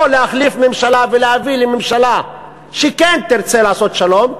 או להחליף ממשלה ולהביא לממשלה שכן תרצה לעשות שלום,